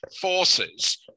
forces